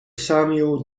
samuel